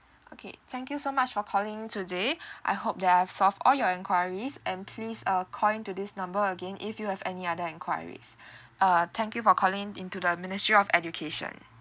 okay thank you so much for calling today I hope that I've solved all your enquiries and please uh call in to this number again if you have any other enquiries uh thank you for calling into the ministry of education